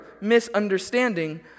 misunderstanding